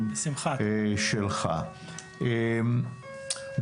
בסביבה שלא מתאימה